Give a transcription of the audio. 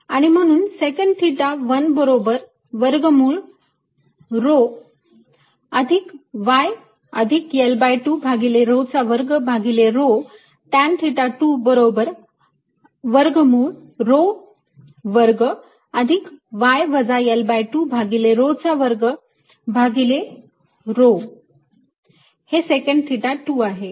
आणि म्हणून secant theta 1 बरोबर वर्गमूळ rho वर्ग अधिक y अधिक L2 भागिले rho चा वर्ग भागिले rho टॅंन थिटा 2 बरोबर वर्गमूळ rho वर्ग अधिक y वजा L2 भागिले rho चा वर्ग भागिले rho हे सेकन्ट थिटा 2 आहे